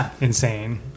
insane